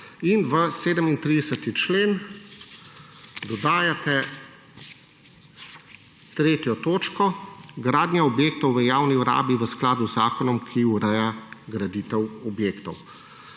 in v 37. člen dodajate 3. točko – gradnja objektov v javni rabi v skladu z zakonom, ki ureja graditev objektov.